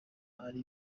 ari